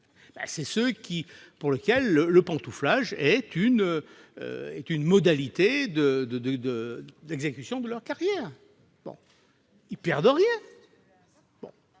sont ceux pour lesquels le pantouflage est une modalité d'exécution de leur carrière. Ils ne perdent rien